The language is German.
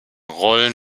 rollen